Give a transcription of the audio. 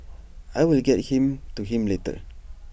I will get him to him later